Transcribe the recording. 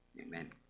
Amen